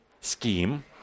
scheme